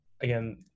again